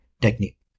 technique